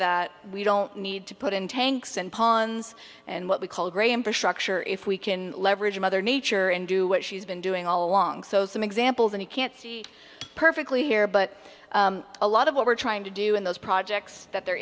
that we don't need to put in tanks and ponds and what we call grey infrastructure if we can leverage mother nature and do what she's been doing all along so some examples and you can't see perfectly here but a lot of what we're trying to do in those projects that there